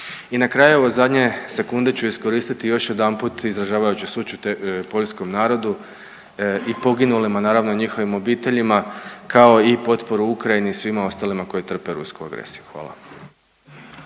I na kraju ove zadnje sekunde ću iskoristiti još jedanput izražavajući sućut poljskom narodu i poginulima, naravno i njihovim obiteljima kao i potporu Ukrajini i svima ostalima koji trpe rusku agresiju. Hvala.